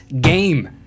game